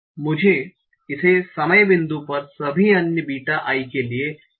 अब मुझे इसे समय बिंदु पर सभी अन्य बीटा i के लिए रिकार्सिवली रूप से गणना करना है